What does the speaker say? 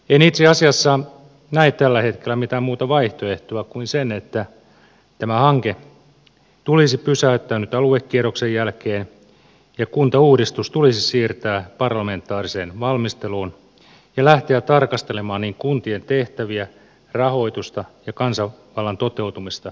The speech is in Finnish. en itse asiassa näe tällä hetkellä mitään muuta vaihtoehtoa kuin sen että tämä hanke tulisi pysäyttää nyt aluekierroksen jälkeen ja kuntauudistus siirtää parlamentaariseen valmisteluun ja lähteä tarkastelemaan kokonaisuutena niin kuntien tehtäviä ja rahoitusta kuin kansanvallan toteutumista